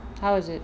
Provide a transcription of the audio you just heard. how was it